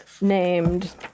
named